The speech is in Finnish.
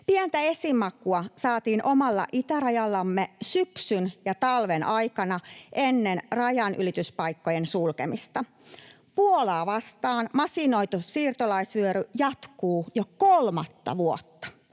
Pientä esimakua saatiin omalla itärajallamme syksyn ja talven aikana ennen rajanylityspaikkojen sulkemista. Puolaa vastaan masinoitu siirtolaisvyöry jatkuu jo kolmatta vuotta,